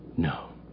No